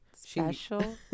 Special